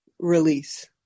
Release